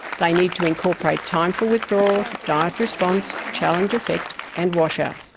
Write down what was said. they need to incorporate time for withdrawal, diet response, challenge effect and washout.